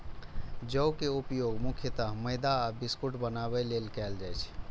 जौ के उपयोग मुख्यतः मैदा आ बिस्कुट बनाबै लेल कैल जाइ छै